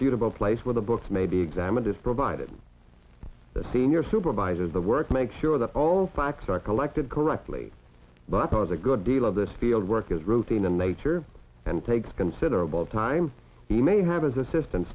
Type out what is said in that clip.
suitable place where the books may be examined is provided the senior supervisor of the work make sure that all facts are collected correctly but i thought a good deal of this field work is routine and nature and takes considerable time he may have his assistant